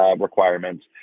requirements